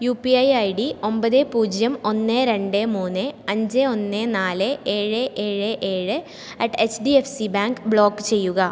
U P I I D ഒമ്പത് പൂജ്യം ഒന്ന് രണ്ട് മൂന്ന് അഞ്ച് ഒന്ന് നാല് ഏഴ് ഏഴ് ഏഴ് at H D F C bank block ചെയ്യുക